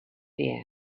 fear